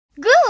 Good